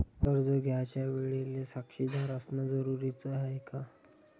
कर्ज घ्यायच्या वेळेले साक्षीदार असनं जरुरीच हाय का?